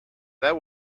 that